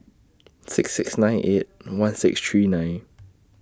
six six nine eight one six three nine